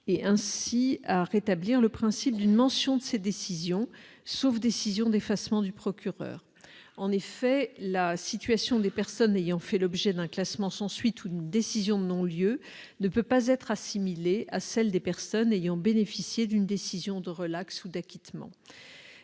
et à rétablir ainsi le principe d'une mention de ces décisions au TAJ, sauf décision d'effacement du procureur. En effet, la situation des personnes ayant fait l'objet d'un classement sans suite ou d'une décision de non-lieu ne peut pas être assimilée à celle des personnes ayant bénéficié d'une décision de relaxe ou d'acquittement.